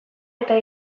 eta